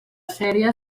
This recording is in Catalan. sèrie